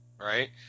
right